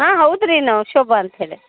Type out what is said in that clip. ಹಾಂ ಹೌದು ರೀ ನಾವು ಶೋಭ ಅಂತ ಹೇಳಿ